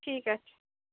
ঠিক আছে